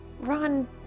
Ron